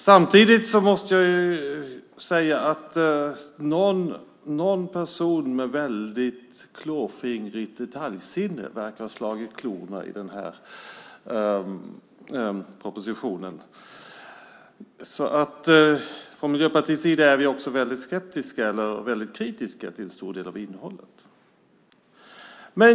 Samtidigt verkar någon person med väldigt klåfingrigt detaljsinne ha slagit klorna i propositionen. Från Miljöpartiets sida är vi också väldigt kritiska till en stor del av innehållet.